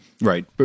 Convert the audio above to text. Right